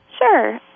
Sure